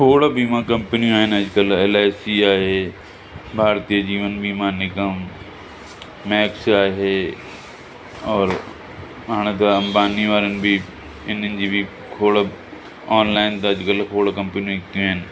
खोड़ बीमा कंपनियूं आहिनि अॼुकल्ह एल आई सी आहे भारतीअ जीवन बीमा निगम मैक्स आहे और हाणे त अंबानी वारनि बि इन्हनि जी बि खोड़ ऑनलाइन त अॼुकल्ह खोड़ कंपनियूं निकितियूं आहिनि